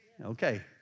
Okay